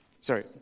Sorry